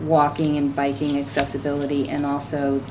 walking and biking accessibility and also